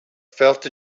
felt